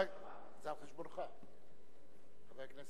יכול להיות שהוא עובד שותף עם ה"חמאס"?